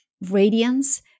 radiance